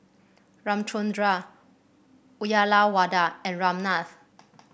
Ramchundra Uyyalawada and Ramnath